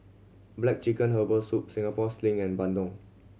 black chicken herbal soup Singapore Sling and bandung